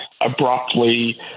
abruptly